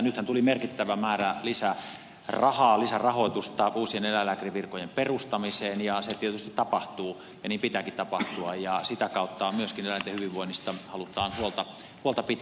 nythän tuli merkittävä määrä lisärahoitusta uusien eläinlääkärin virkojen perustamiseen ja se tietysti tapahtuu ja niin pitääkin tapahtua ja sitä kautta myöskin eläinten hyvinvoinnista halutaan huolta pitää